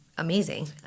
Amazing